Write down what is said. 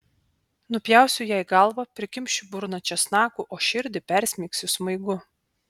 nupjausiu jai galvą prikimšiu burną česnakų o širdį persmeigsiu smaigu